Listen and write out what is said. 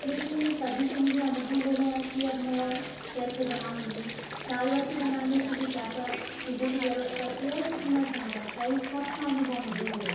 लेकिन तभी से मुझे अनुभव हो गया कि अब मैं कैसे बनाउंगी दाल बाटी बनाने के लिए क्या क्या चीज़ों की जरूरत पड़ती है और कितना समय लगता है इन सब का अनुभव मुझे हो गया